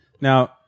Now